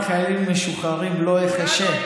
למען חיילים משוחררים לא אחשה.